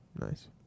Nice